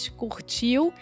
curtiu